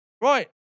Right